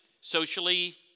socially